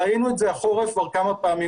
ראינו את זה קורה החורף כבר כמה פעמים.